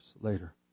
later